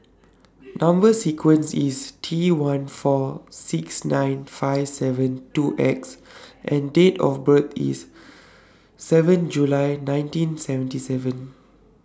Number sequence IS T one four six nine five seven two X and Date of birth IS seven July nineteen seventy seven